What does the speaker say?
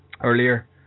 earlier